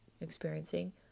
experiencing